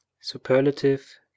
superlative